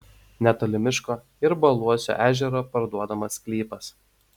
netoli miško ir baluosio ežero parduodamas sklypas